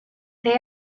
they